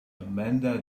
amanda